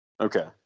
Okay